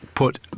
put